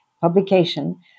publication